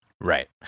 Right